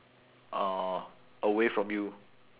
uh away from you